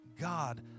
God